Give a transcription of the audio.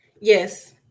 Yes